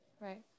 Right